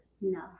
No